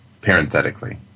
parenthetically